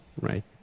Right